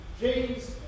James